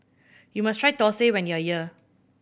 you must try thosai when you are here